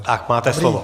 Tak máte slovo.